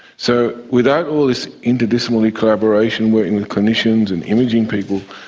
so without all this inter-disciplinary collaboration, working with clinicians and imaging people,